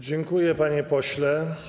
Dziękuję, panie pośle.